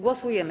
Głosujemy.